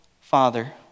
Father